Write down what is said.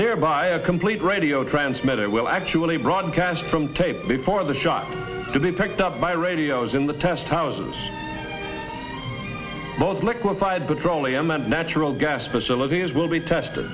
nearby a complete radio transmitter will actually broadcast from tape before the shock to be picked up by radios in the test houses most liquefied petroleum and natural gas facilities will be tested